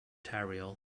ontario